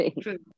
True